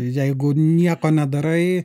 jeigu nieko nedarai